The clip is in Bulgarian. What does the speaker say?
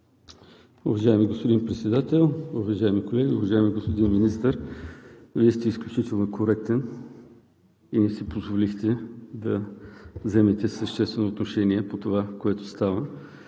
Уважаеми господин Председател, уважаеми колеги! Уважаеми господин Министър, Вие сте изключително коректен и не си позволихте да вземете съществено отношение по това, което става.